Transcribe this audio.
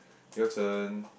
your turn